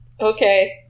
Okay